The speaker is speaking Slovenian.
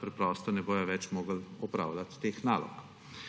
preprosto ne bodo mogli več opravljati teh nalog.